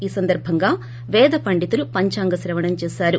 ఈ సందర్పంగా వెదపండితులు పంచాంగ శ్రేవణం చేశారు